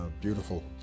Beautiful